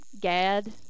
Gad